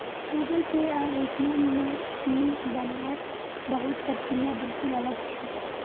Google Pay आर ATM नेर PIN बन वात बहुत प्रक्रिया बिल्कुल अलग छे